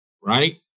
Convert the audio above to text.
Right